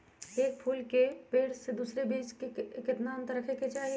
एक फुल के पेड़ के दूसरे पेड़ के बीज केतना अंतर रखके चाहि?